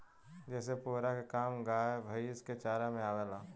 जेसे पुआरा के काम गाय भैईस के चारा में आवेला